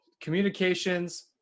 communications